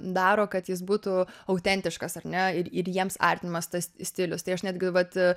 daro kad jis būtų autentiškas ar ne ir ir jiems artimas tas stilius tai aš netgi vat